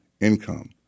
income